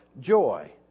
joy